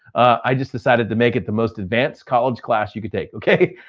i just decided to make it the most advanced college class you could take, okay?